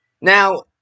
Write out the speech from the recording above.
now